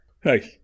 Hey